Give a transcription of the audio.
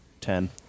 ten